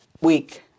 week